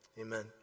amen